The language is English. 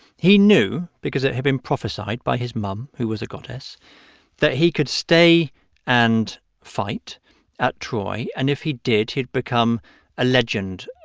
he knew because it had been prophesied by his mom, who was a goddess that he could stay and fight at troy. and if he did, he'd become a legend,